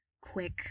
quick